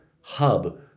hub